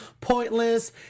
Pointless